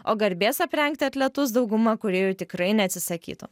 o garbės aprengti atletus dauguma kūrėjų tikrai neatsisakytų